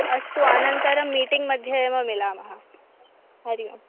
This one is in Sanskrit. अस्तु अनन्तरं मीटिङ् मध्ये एव मिलामः हरिः ओम्